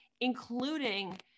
including